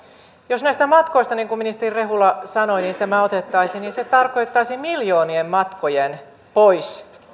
jos näistä matkoista niin kuin ministeri rehula sanoi tämä otettaisiin niin se tarkoittaisi miljoonien matkojen